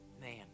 man